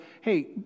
hey